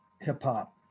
hip-hop